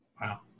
Wow